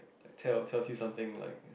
like tell tells your something like